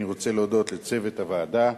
אני רוצה להודות לצוות הוועדה,